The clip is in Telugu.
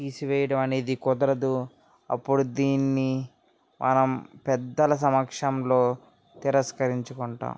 తీసివేయడం అనేది కుదరదు అప్పుడు దీన్ని మనం పెద్దల సమక్షంలో తిరస్కరించుకుంటాం